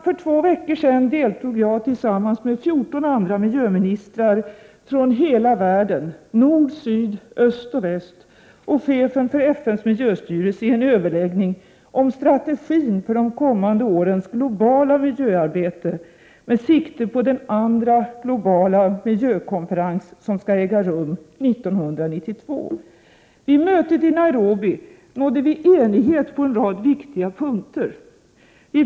För två veckor sedan deltog jag tillsammans med 14 andra miljöministrar från hela världen — nord, syd, öst och väst — och chefen för FN:s miljöstyrelse i en överläggning om strategin för de kommande årens globala miljöarbete med sikte på den andra globala miljökonferensen som skall äga rum 1992. Vid mötet i Nairobi nådde vi enighet på en rad viktiga punkter: 1.